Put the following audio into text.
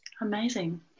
Amazing